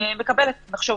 אני מקבלת, ונחשוב.